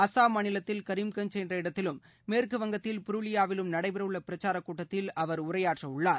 அஸ்ஸாம் மாநிலத்தில் கரீம்கஞ்ச் என்ற இடத்திலும் மேற்குவங்கத்தில் புருளியாவிலும் நடைபெறவுள்ள பிரச்சார கூட்டத்தில் அவர் உரையாற்றவுள்ளார்